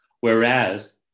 Whereas